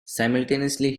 simultaneously